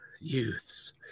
Youths